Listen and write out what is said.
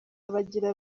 bagira